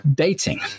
dating